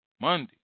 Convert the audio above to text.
Monday